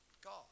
God